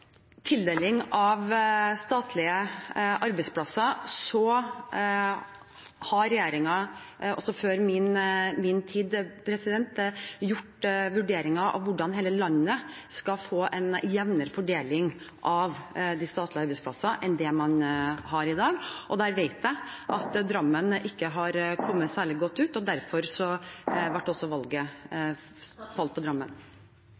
tildeling av statlige arbeidsplasser har regjeringen – før min tid – gjort vurderinger av hvordan hele landet skal få en jevnere fordeling av statlige arbeidsplasser enn det man har i dag. Der vet jeg at Drammen ikke har kommet særlig godt ut, og derfor falt valget på Drammen. Det er framleis ei gåte for meg korleis Drammen